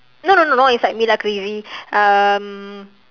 no no no no not inside me lah crazy um